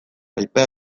aipa